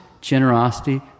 generosity